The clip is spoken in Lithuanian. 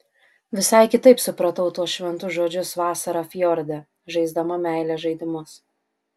visai kitaip supratau tuos šventus žodžius vasarą fjorde žaisdama meilės žaidimus